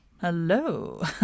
hello